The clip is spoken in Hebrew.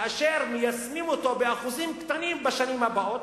כאשר מיישמים אותו באחוזים קטנים בשנים הבאות,